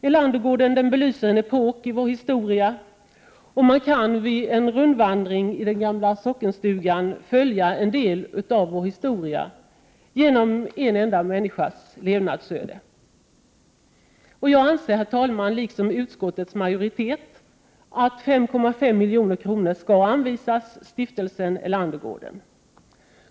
Erlandergården belyser en epok i vår historia. Man kan vid en rundvandring i den gamla sockenstugan följa en del av vår historia, genom en enda människas levnadsöde. Jag anser, herr talman, liksom utskottets majoritet, att 5,5 milj.kr. skall anvisas Stiftelsen Erlandergården.